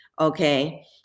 Okay